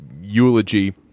eulogy